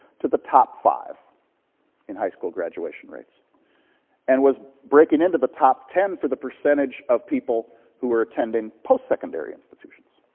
to the top five in high school graduation rates and was breaking into the top ten for the percentage of people who were attending post-secondary institutions,